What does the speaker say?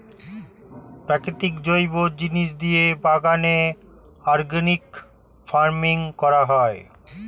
প্রাকৃতিক জৈব জিনিস দিয়ে বাগানে অর্গানিক ফার্মিং করা হয়